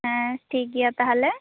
ᱦᱮᱸ ᱴᱷᱤᱠ ᱜᱮᱭᱟ ᱛᱟᱦᱚᱞᱮ